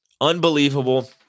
Unbelievable